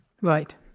Right